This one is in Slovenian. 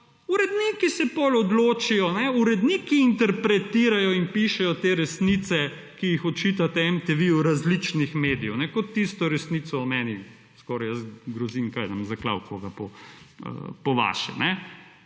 Uredniki se potem odločijo, uredniki interpretirajo in pišejo te resnice, ki jih očitate MTV različnih medijev, kot tisto resnico o meni, skoraj grozim, kaj bom zaklal koga po vaše.